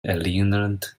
erinnert